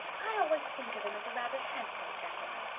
i always think of him as a rather handsome gentleman.